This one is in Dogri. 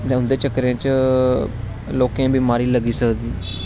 ते उंदे चक्करे च लोकें गी बिमारियां लग्गी सकदी